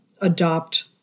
adopt